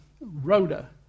Rhoda